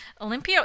Olympio